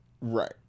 Right